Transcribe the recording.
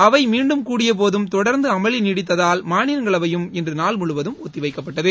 அவை மீண்டும் கூடியபோதும் தொடர்ந்து அமளி நீடித்ததால் மாநிலங்களவையும் இன்று நாள் முழுவதும் ஒத்திவைக்கப்பட்டது